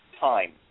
time